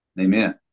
Amen